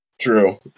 True